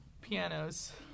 Pianos